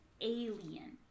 alien